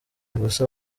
gusa